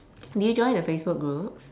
did you join the facebook groups